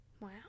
Wow